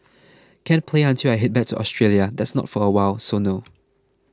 can't play until I head back to Australia that's not for awhile so no